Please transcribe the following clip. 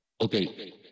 Okay